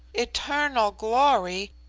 eternal glory!